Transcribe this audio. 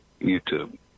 YouTube